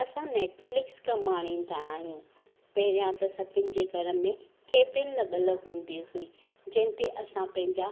असां नेटफ्लिक्स कमु आणींदा आहियूं पहिरियां त सभिनि जे घर में केबिल लॻलु हूंदी हुई जंहिंते असां पंहिंजा